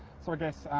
so i guess